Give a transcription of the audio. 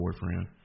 boyfriend